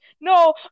no